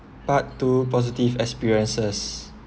part two positive experiences